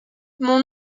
mon